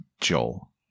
Joel